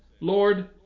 Lord